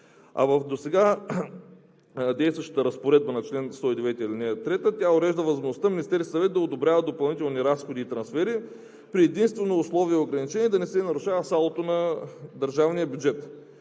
В досега действащата разпоредба на чл. 109, ал. 3, тя урежда възможността Министерският съвет да одобрява допълнителни разходи и трансфери при единствено условие и ограничение – да не се нарушава салдото на държавния бюджет,